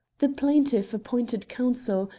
the plaintiff appointed counsel,